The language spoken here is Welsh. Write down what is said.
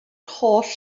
holl